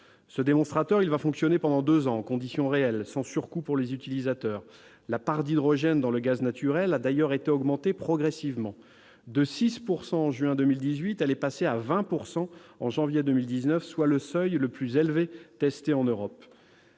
Ce démonstrateur fonctionnera pendant deux ans, en conditions réelles, sans surcoût pour les utilisateurs. La part d'hydrogène dans le gaz naturel a d'ailleurs été augmentée progressivement. De 6 % en juin 2018, elle est passée à 20 % en janvier 2019, soit le seuil le plus élevé testé en Europe.